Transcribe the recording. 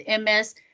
MS